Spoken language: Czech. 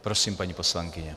Prosím, paní poslankyně.